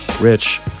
Rich